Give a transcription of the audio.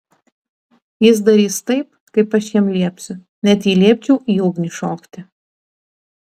jis darys taip kaip aš jam liepsiu net jei liepčiau į ugnį šokti